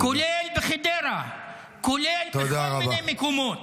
-- כולל בחדרה, כולל בכל מיני מקומות.